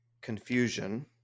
confusion